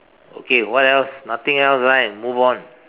okay what else nothing else right move on